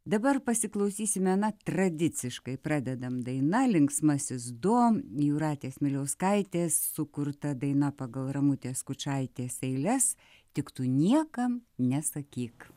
dabar pasiklausysime na tradiciškai pradedam daina linksmasis do jūratės miliauskaitės sukurta daina pagal ramutės skučaitės eiles tik tu niekam nesakyk